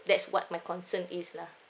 that's what my concern is lah